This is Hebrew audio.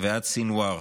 ועד סנוואר.